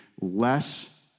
less